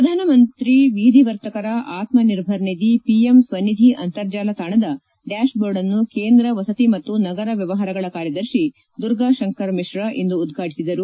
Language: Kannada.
ಪ್ರಧಾನಮಂತ್ರಿ ಬೀದಿ ವರ್ತಕರ ಆತ್ಸಿರ್ಭರ್ ನಿಧಿ ಪಿಎಂ ಸ್ನಿಧಿ ಅಂತರ್ಜಾಲ ತಾಣದ ಡ್ರಾಶ್ ದೋರ್ಡ್ ಅನ್ನು ಕೇಂದ್ರ ವಸತಿ ಮತ್ತು ನಗರ ಮ್ನವಹಾರಗಳ ಕಾರ್ಯದರ್ಶಿ ದುರ್ಗಾ ಶಂಕರಿ ಮಿಶ್ರಾ ಇಂದು ಉದ್ಘಾಟಿಸಿದರು